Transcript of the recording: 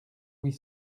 huit